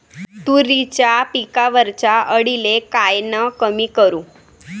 तुरीच्या पिकावरच्या अळीले कायनं कमी करू?